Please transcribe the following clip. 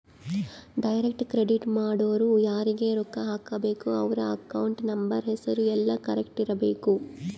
direct credit ಮಾಡೊರು ಯಾರೀಗ ರೊಕ್ಕ ಹಾಕಬೇಕು ಅವ್ರ ಅಕೌಂಟ್ ನಂಬರ್ ಹೆಸರು ಯೆಲ್ಲ ಕರೆಕ್ಟ್ ಇರಬೇಕು